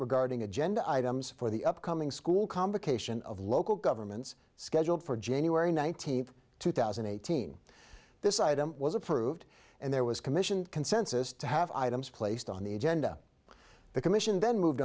regarding agenda items for the upcoming school convocation of local governments scheduled for january nineteenth two thousand and eighteen this item was approved and there was commission consensus to have items placed on the agenda the commission then moved